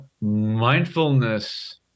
Mindfulness